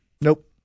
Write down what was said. Nope